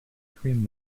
between